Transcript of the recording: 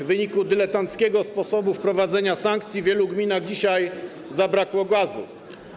W wyniku dyletanckiego sposobu wprowadzenia sankcji w wielu gminach dzisiaj zabrakło gazu.